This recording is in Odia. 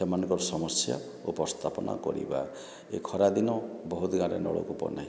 ସେମାନଙ୍କର ସମସ୍ୟା ଉପସ୍ଥାପନା କରିବା ଏ ଖରାଦିନ ବହୁତ ଗାଁରେ ନଳକୂପ ନାହିଁ